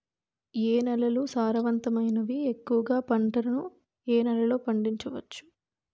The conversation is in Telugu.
ఏ నేలలు సారవంతమైనవి? ఎక్కువ గా పంటలను ఏ నేలల్లో పండించ వచ్చు?